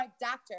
doctor